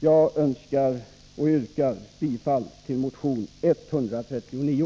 Jag yrkar bifall till motion 139.